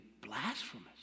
blasphemous